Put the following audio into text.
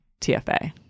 TFA